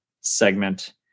segment